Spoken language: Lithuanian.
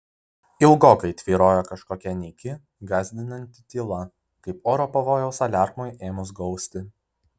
ilgokai tvyrojo kažkokia nyki gąsdinanti tyla kaip oro pavojaus aliarmui ėmus gausti